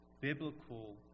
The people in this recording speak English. biblical